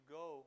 go